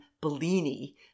Bellini